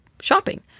shopping